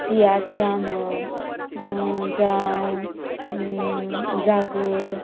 तियात्रां म्हण जावं जागोर